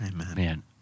Amen